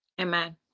Amen